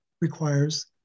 requires